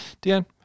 dan